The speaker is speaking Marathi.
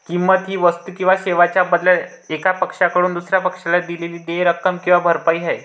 किंमत ही वस्तू किंवा सेवांच्या बदल्यात एका पक्षाकडून दुसर्या पक्षाला दिलेली देय रक्कम किंवा भरपाई आहे